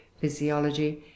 physiology